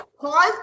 pause